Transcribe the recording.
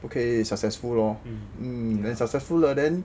不可以 successful lor then successful 了 then